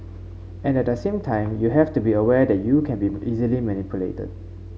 and at the same time you have to be aware that you can be easily manipulated